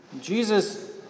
Jesus